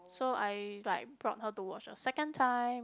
so I like brought her to watch a second time